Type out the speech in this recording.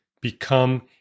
become